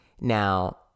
Now